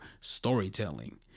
storytelling